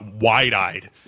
wide-eyed